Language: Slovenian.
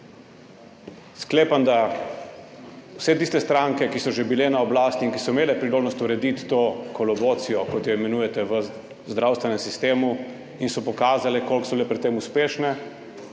Sklepam, da vse tiste stranke, ki so že bile na oblasti in ki so imele priložnost urediti to kolobocijo, kot jo imenujete, v zdravstvenem sistemu in so pokazale, koliko so bile pri tem uspešne,